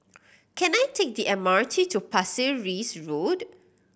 can I take the M R T to Pasir Ris Road